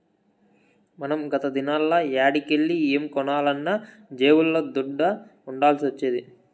మనం గత దినాల్ల యాడికెల్లి ఏం కొనాలన్నా జేబుల్ల దుడ్డ ఉండాల్సొచ్చేది